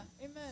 Amen